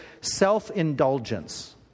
self-indulgence